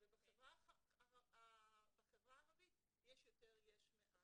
בחברה הערבית יש יותר יש מאין.